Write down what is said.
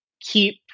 keep